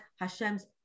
Hashem's